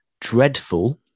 dreadful